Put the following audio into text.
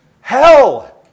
Hell